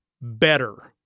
better